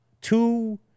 two